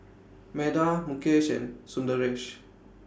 Medha Mukesh and Sundaresh